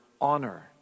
honor